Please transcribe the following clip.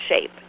shape